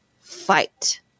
fight